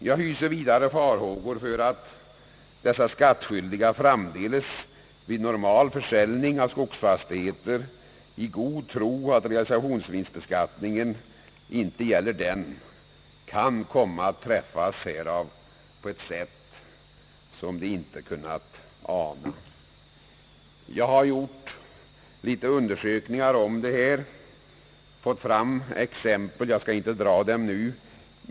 Jag hyser vidare farhågor för att dessa skattskyldiga framdeles vid normal försäljning av skogsfastigheter, i god tro att realisationsvinstbeskattningen inte gäller dem, kan komma att drabbas härav på ett sätt som de inte kunnat ana. Jag har gjort vissa undersökningar om detta och fått fram exempel. Jag skall inte dra dem nu.